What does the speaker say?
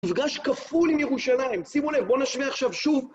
מפגש כפול עם ירושלים, שימו לב בואו נשווה עכשיו שוב